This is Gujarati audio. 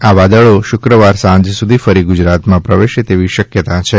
આ વાદળી શુક્રવાર સાંજ સુધીમાં ફરી ગુજરાતમાં પ્રવેશે તેવી શક્યતા છે